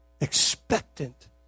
expectant